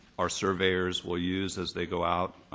our surveyors will use as they go out.